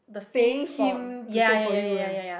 paying him to take for you right